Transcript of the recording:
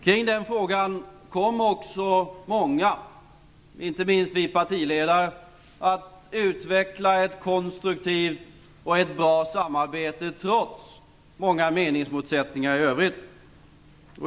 Kring den frågan kom också många, inte minst vi partiledare, att utveckla ett konstruktivt och bra samarbete trots många meningsmotsättningar i övrigt.